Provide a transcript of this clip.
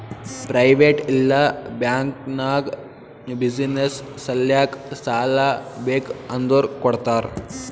private ಇಲ್ಲಾ bank ನಾಗ್ business ಸಲ್ಯಾಕ್ ಸಾಲಾ ಬೇಕ್ ಅಂದುರ್ ಕೊಡ್ತಾರ್